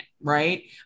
Right